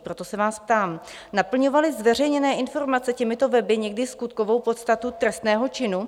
Proto se vás ptám: Naplňovaly zveřejněné informace těmito weby někdy skutkovou podstatu trestného činu?